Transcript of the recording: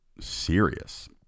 serious